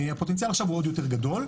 והפוטנציאל עכשיו הוא עוד יותר גדול.